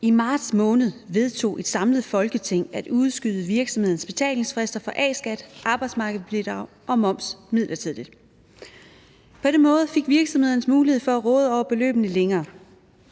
I marts måned vedtog et samlet Folketing at udskyde virksomhedernes betalingsfrister for A-skat, arbejdsmarkedsbidrag og moms midlertidigt. På den måde fik virksomhederne mulighed få at råde over beløbene længere.